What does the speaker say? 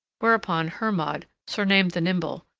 whereupon hermod, surnamed the nimble,